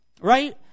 right